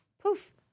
poof